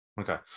Okay